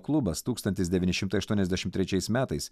klubas tūkstantis devyni šimtai aštuoniasdešimt trečiais metais